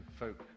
folk